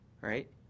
Right